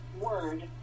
word